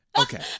Okay